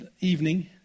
evening